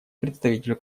представителю